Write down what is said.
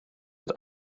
het